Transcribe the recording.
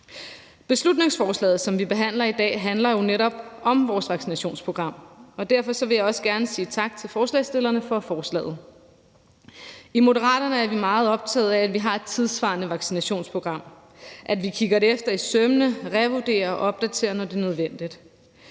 Beslutningsforslaget, som vi behandler i dag, handler jo netop om vores vaccinationsprogram, og derfor vil jeg også gerne sige tak til forslagsstillerne for forslaget. I Moderaterne er vi meget optagede af, at vi har et tidssvarende vaccinationsprogram, og at vi kigger det efter i sømmene og revurderer og opdaterer det, når det er nødvendigt.